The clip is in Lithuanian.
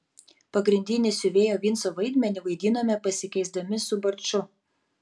pagrindinį siuvėjo vinco vaidmenį vaidinome pasikeisdami su barču